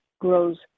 grows